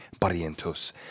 Barrientos